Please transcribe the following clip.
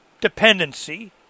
dependency